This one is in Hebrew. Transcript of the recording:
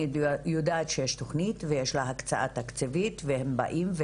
אני יודעת שיש תוכנית ויש לה הקצאה תקציבית והם באים,